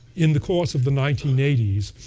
in the course of the nineteen eighty s,